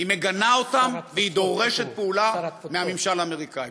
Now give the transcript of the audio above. היא מגנה אותם והיא דורשת פעולה מהממשל האמריקני.